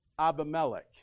Abimelech